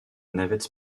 navette